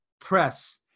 press